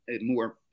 more